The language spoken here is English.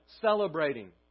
celebrating